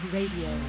Radio